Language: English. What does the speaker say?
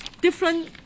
different